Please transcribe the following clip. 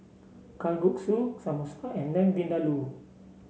Kalguksu Samosa and Lamb Vindaloo